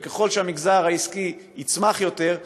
וככל שהמגזר העסקי יצמח יותר,